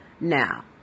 Now